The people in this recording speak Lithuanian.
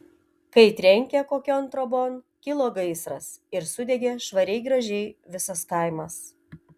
kai trenkė kokion trobon kilo gaisras ir sudegė švariai gražiai visas kaimas